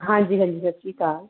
ਹਾਂਜੀ ਹਾਂਜੀ ਸਤਿ ਸ਼੍ਰੀ ਅਕਾਲ